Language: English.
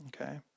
Okay